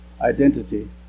identity